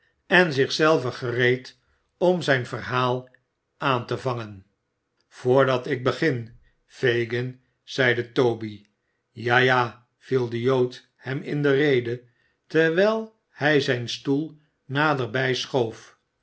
en zich zelven gereed om zijn verhaal aan te vangen voordat ik begin fagin zeide toby ja ja viel de jood hem in de rede terwijl hij zijn stoel naderbij schoof